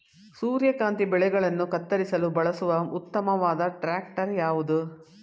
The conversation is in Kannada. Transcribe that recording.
ಸೂರ್ಯಕಾಂತಿ ಬೆಳೆಗಳನ್ನು ಕತ್ತರಿಸಲು ಬಳಸುವ ಉತ್ತಮವಾದ ಟ್ರಾಕ್ಟರ್ ಯಾವುದು?